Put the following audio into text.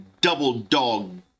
double-dog